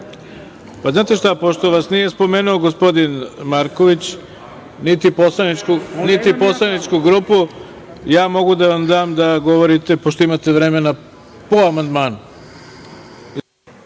Znate šta, pošto vas nije spomenuo gospodin Marković, niti poslaničku grupu, mogu da vam dam da govorite, pošto imate vremena, po amandmanu.